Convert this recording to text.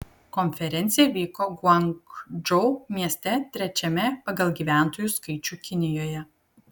konferencija vyko guangdžou mieste trečiame pagal gyventojų skaičių kinijoje